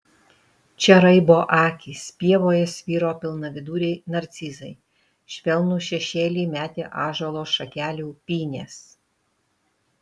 čia raibo akys pievoje sviro pilnaviduriai narcizai švelnų šešėlį metė ąžuolo šakelių pynės